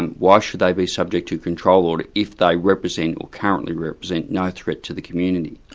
and why should they be subject to control order if they represent or currently represent no threat to the community?